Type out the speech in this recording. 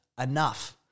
Enough